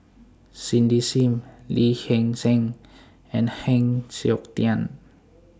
Cindy SIM Lee Hee Seng and Heng Siok Tian